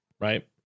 right